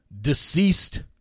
deceased